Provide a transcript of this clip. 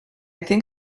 think